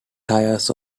tiers